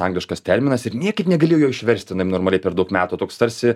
angliškas terminas ir niekaip negaliu jo išversti normaliai per daug metų toks tarsi